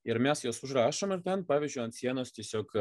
ir mes juos užrašom ir ten pavyzdžiui ant sienos tiesiog